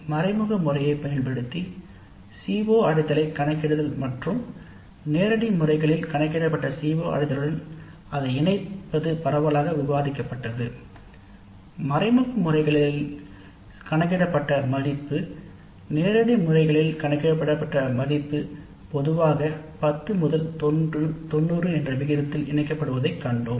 மறைமுக முறையைப் பயன்படுத்தி CO அடைவதைக் கணக்கிடுதல் மற்றும் நேரடி முறைகளில் கணக்கிடப்பட்ட CO அடையலுடன் அதை இணைப்பது பரவலாக விவாதிக்கப்பட்டது மறைமுக முறையில் அமைக்கப்பட்ட மதிப்பு முறை மற்றும் நேரடி முறையில் கணிக்கப்பட்ட மதிப்புமுறை 10 முதல் 90 வரையிலான விதத்தில் உள்ளது